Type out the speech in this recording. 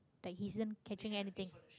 like he isn't catching anything